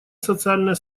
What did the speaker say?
социальное